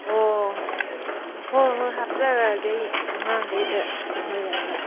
ꯑꯣ ꯍꯣꯏ ꯍꯣꯏ ꯍꯥꯞꯆꯔꯛꯑꯒꯦ ꯑꯩ ꯑꯉꯥꯡꯈꯩꯗ ꯁꯦꯝꯍꯜꯂꯒ